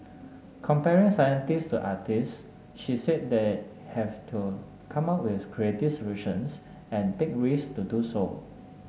comparing scientists to artists she said they have to come up with creative solutions and take risks to do so